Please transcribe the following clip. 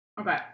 Okay